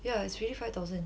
yeah it's really five thousand